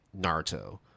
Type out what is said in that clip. Naruto